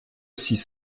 six